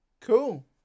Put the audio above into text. Cool